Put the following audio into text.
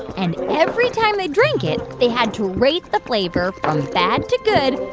and every time they drank it, they had to rate the flavor from bad to good,